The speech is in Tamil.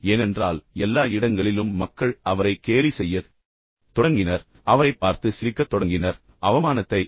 ஏனென்றால் எல்லா இடங்களிலும் மக்கள் அவரை கேலி செய்யத் தொடங்கினர் அவரைப் பார்த்து சிரிக்கத் தொடங்கினர் அவருக்குப் பின்னால் நகைச்சுவைகள் இருந்தன